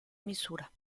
misura